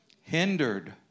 hindered